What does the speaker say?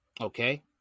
Okay